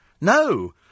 No